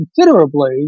considerably